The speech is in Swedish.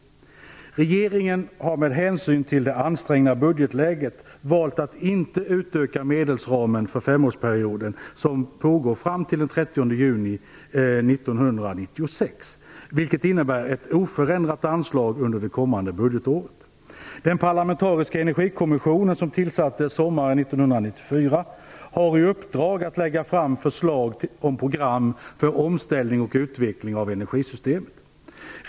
Regeringen har med hänsyn till det ansträngda budgetläget valt att inte utöka medelsramen för femårsperioden, som pågår fram t.o.m. den 30 juni 1996, vilket innebär ett oförändrat anslag under det kommande budgetåret. Den parlamentariska Energikommissionen, som tillsattes sommaren 1994, har i uppdrag att lägga fram förslag om program för omställningen och utvecklingen av energisystemet.